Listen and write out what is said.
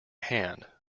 hand